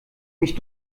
mich